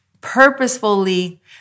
purposefully